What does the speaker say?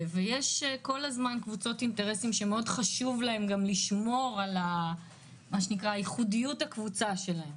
יש קבוצות אינטרסים שחשוב להן לשמור על ייחודיות הקבוצה שלהן.